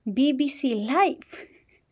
BBC live